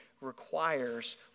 requires